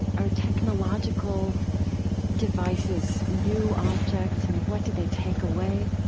our technological devices, new objects? i mean, what do they take away?